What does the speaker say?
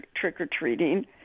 trick-or-treating